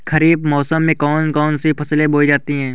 खरीफ मौसम में कौन कौन सी फसलें बोई जाती हैं?